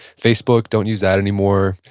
facebook, don't use that anymore.